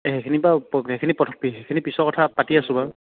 এই সেইখিনি বাৰু সেইখিনি সেইখিনি পিছৰ কথা পাতি আছোঁ বাৰু